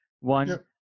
one